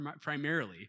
primarily